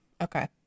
Okay